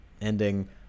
ending